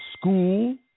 school